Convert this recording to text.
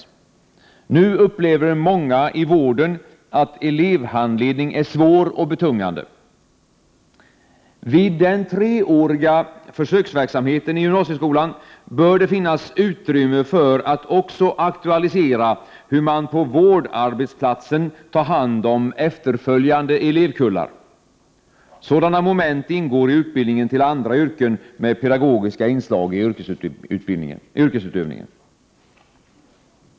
Många inom vården upplever nu att elevhandledning är svår och betungande. Vid den treåriga försöksverksamheten i gymnasieskolan bör det finnas utrymme för att också aktualisera hur man på vårdarbetsplatsen tar hand om efterföljande elevkullar. Sådana moment ingår i utbildningar till andra yrken med pedagogiska inslag i yrkesutövningen.